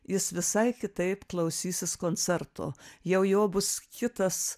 jis visai kitaip klausysis koncerto jau jo bus kitas